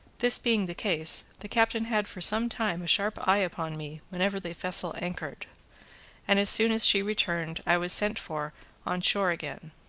this being the case, the captain had for some time a sharp eye upon me whenever the vessel anchored and as soon as she returned i was sent for on shore again.